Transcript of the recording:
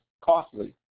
costly